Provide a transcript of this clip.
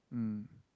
mm